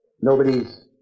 nobody's